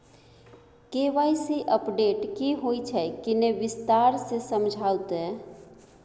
KYC update की होय छै किन्ने विस्तार से समझाऊ ते?